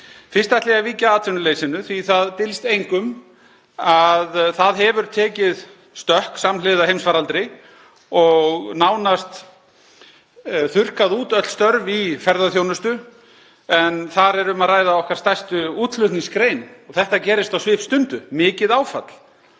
Fyrst ætla ég að víkja að atvinnuleysinu, því að það dylst engum að það hefur tekið stökk samhliða heimsfaraldri. Það hafa nánast þurrkast út öll störf í ferðaþjónustu, en þar er um að ræða okkar stærstu útflutningsgrein. Og þetta gerist á svipstundu. Mikið áfall.